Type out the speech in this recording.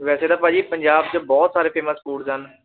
ਵੈਸੇ ਤਾਂ ਭਾਅ ਜੀ ਪੰਜਾਬ 'ਚ ਬਹੁਤ ਸਾਰੇ ਫੇਮਸ ਫੂਡਜ਼ ਹਨ